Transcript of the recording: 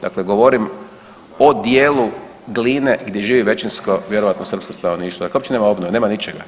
Dakle govorim o dijelu Gline gdje živi većinsko vjerojatno srpsko stanovništvo. … uopće nema obnove, nema ničega.